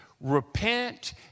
repent